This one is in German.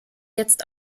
jetzt